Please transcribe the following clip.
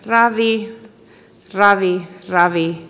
ravi ravit ravit